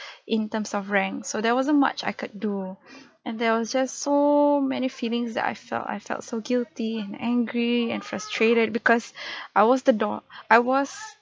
in terms of rank so there wasn't much I could do and there was just so many feelings that I felt I felt so guilty and angry and frustrated because I was the dau~ I was